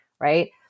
right